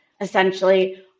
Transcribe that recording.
essentially